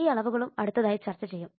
ഈ അളവുകളും അടുത്തതായി ചർച്ച ചെയ്യും